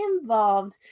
involved